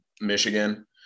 michigan